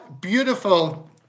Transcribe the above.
Beautiful